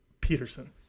Peterson